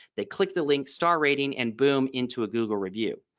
they click the link star rating and boom into a google review.